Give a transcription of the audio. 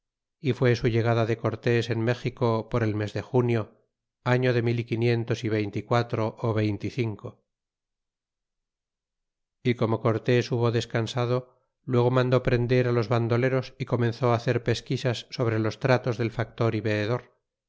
y fué su entrada de cortés en méxico por el mes de junio año de mil y quinientos y veinte y quatro veinte y cinco y como cortes hubo descansado luego mandó prender los vandoleros y comenzó hacer pesquisas sobre los tratos del factor y veedor